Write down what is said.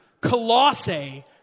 Colossae